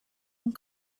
and